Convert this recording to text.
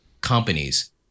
companies